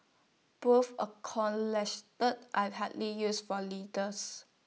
both are hardly used for leaders